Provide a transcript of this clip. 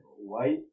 White